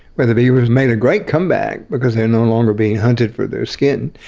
where the beaver has made a great comeback because they are no longer being hunted for their skin.